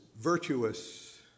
virtuous